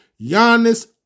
Giannis